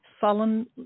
sullen